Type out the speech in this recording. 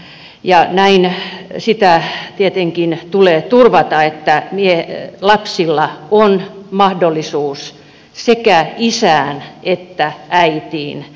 ja näin se tietenkin tulee turvata että lapsilla on mahdollisuus sekä isään että äitiin